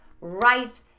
right